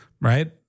right